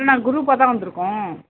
நாங்கள் குரூப்பாக தான் வந்திருக்கோம்